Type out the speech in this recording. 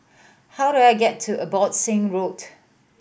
how do I get to Abbotsingh Road